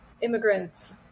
immigrants